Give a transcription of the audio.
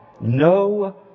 no